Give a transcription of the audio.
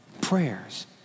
prayers